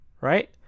right